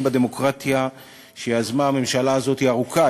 בדמוקרטיה שיזמה הממשלה הזאת היא ארוכה,